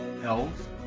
health